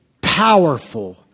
powerful